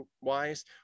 wise